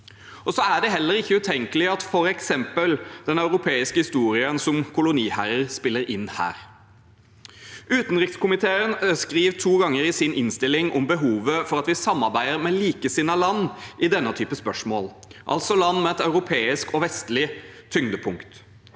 i. Så er det heller ikke utenkelig at f.eks. den europeiske historien som koloniherrer spiller inn her. Utenrikskomiteen skriver to ganger i sin innstilling om behovet for at vi samarbeider med likesinnede land i denne type spørsmål, altså land med et europeisk og vestlig tyngdepunkt.